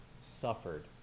suffered